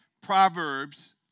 Proverbs